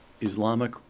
Islamic